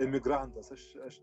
emigrantas aš aš